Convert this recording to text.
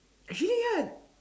actually ya